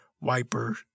Wiper